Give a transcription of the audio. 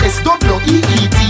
S-W-E-E-T